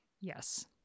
Yes